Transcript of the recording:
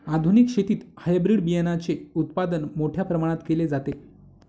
आधुनिक शेतीत हायब्रिड बियाणाचे उत्पादन मोठ्या प्रमाणात केले जाते